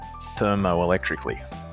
thermoelectrically